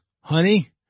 honey